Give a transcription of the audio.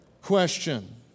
question